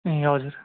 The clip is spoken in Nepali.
ए हजुर